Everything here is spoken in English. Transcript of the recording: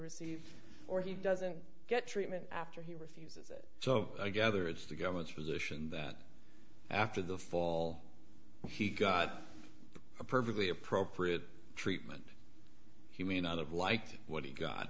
receives or he doesn't get treatment after he receives it so i gather it's the government's position that after the fall he got a perfectly appropriate treatment he may not have liked what he got